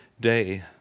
day